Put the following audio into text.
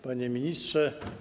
Panie Ministrze!